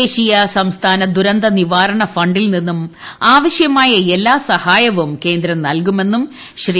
ദേശീയ സംസ്ഥാന ദുരന്തനിവാരണ ഫണ്ടിൽ നിന്നും ആവശ്യമായ എല്ലാ സഹായവും കേന്ദ്രം നല്കുമെന്നും ശ്രീ